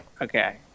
Okay